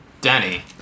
Danny